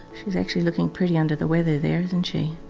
she's actually looking pretty under the weather there isn't she?